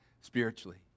spiritually